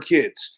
Kids